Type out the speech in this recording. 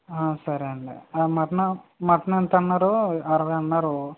సరే అండి మటను మటనెంతన్నారు అరవై అన్నారు